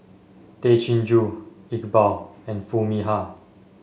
Tay Chin Joo Iqbal and Foo Mee Har